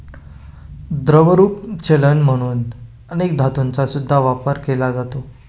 द्रवरूप चलन म्हणून अनेक धातूंचा सुद्धा वापर केला जातो